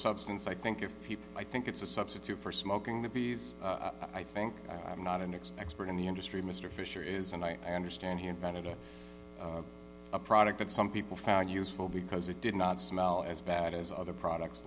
substance i think of people i think it's a substitute for smoking the bees i think i'm not an expects but in the industry mr fisher is and i understand he invented a product that some people found useful because it did not smell as bad as other products